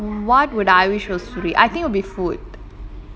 what would I wish was free I think will be food